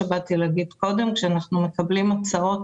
כשאנחנו מקבלים הצעות,